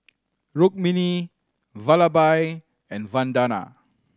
Rukmini Vallabhbhai and Vandana